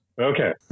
Okay